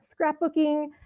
scrapbooking